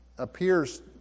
appears